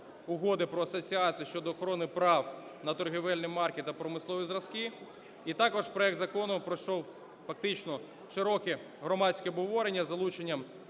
Угоди про асоціацію щодо охорони прав на торгівельні марки та промислові зразки. І також проект закону пройшов фактично широке громадське обговорення з залученням